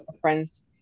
friend's